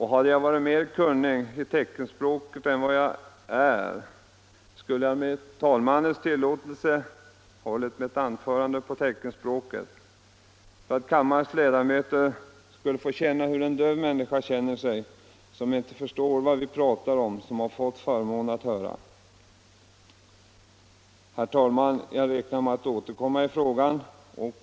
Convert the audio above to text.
Hade jag varit mer kunnig i teckenspråket än vad jag är, skulle jag med talmannens tillåtelse hållit detta anförande på teckenspråket, för att kammarens ledamöter skulle få känna hur en döv människa känner sig, som inte förstår vad vi pratar om som har fått förmånen att höra. Herr talman! Jag räknar med att återkomma i frågan.